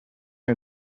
you